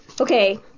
okay